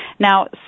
Now